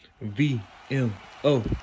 V-M-O